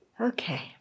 Okay